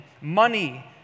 money